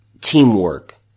teamwork